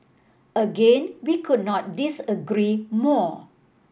again we could not disagree more